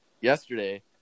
yesterday